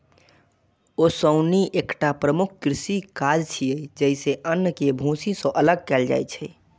ओसौनी एकटा प्रमुख कृषि काज छियै, जइसे अन्न कें भूसी सं अलग कैल जाइ छै